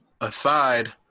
aside